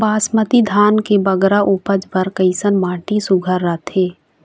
बासमती धान के बगरा उपज बर कैसन माटी सुघ्घर रथे?